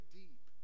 deep